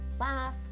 laugh